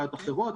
בעיות אחרות,